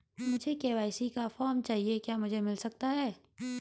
मुझे के.वाई.सी का फॉर्म चाहिए क्या मुझे मिल सकता है?